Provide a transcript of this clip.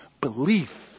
belief